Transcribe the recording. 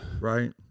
right